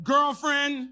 Girlfriend